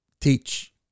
teach